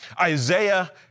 Isaiah